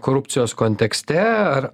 korupcijos kontekste ar